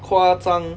夸张